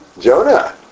Jonah